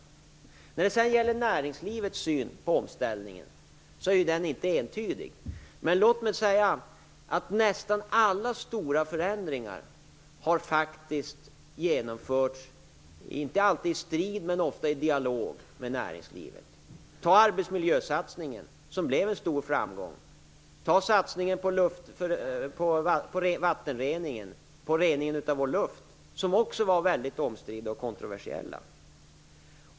Sedan är ju inte näringslivets syn på omställningen entydig. Men låt mig säga att nästan alla stora förändringar faktiskt har genomförts, inte alltid i strid men ofta i dialog med näringslivet. Ta arbetsmiljösatsningen, som blev en stor framgång. Ta satsningarna på vattenreningen och på reningen av vår luft, som också var väldigt omstridda och kontroversiella.